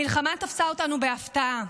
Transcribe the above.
המלחמה תפסה אותנו בהפתעה.